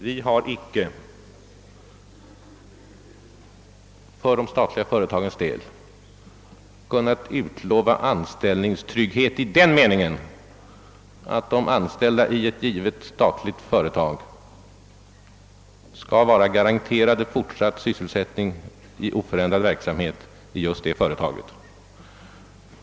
Vi har för de statliga företagens del icke kunnat utlova anställningstrygghet i den meningen, att de anställda i ett givet statligt företag skall vara garanterade fortsatt sysselsättning i oförändrad verksamhet i just det företaget.